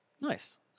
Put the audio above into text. Nice